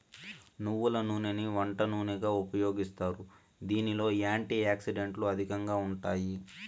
నువ్వుల నూనెని వంట నూనెగా ఉపయోగిస్తారు, దీనిలో యాంటీ ఆక్సిడెంట్లు అధికంగా ఉంటాయి